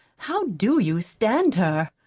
how do you stand her?